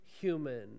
human